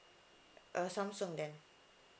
uh Samsung then